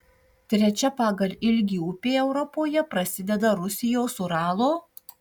trečia pagal ilgį upė europoje prasideda rusijos uralo